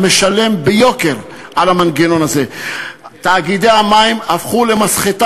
על מי אתה עובד פה?